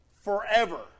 forever